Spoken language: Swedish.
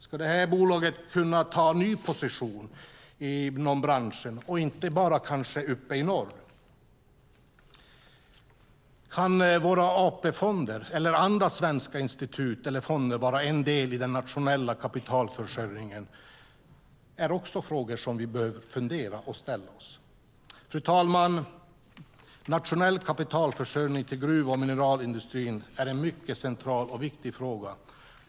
Ska detta bolag kunna ta ny position inom branschen och kanske inte bara uppe i norr? Kan våra AP-fonder eller andra svenska institut eller fonder vara en del i den nationella kapitalförsörjningen? Det är också frågor som vi kan ställa oss och fundera på. Fru talman! Nationell kapitalförsörjning till gruv och mineralindustrin är en mycket central och viktig fråga.